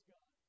God